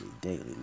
Daily